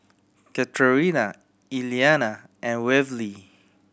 Katerina Elliana and Waverly